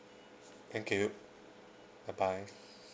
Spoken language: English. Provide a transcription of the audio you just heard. thank you bye bye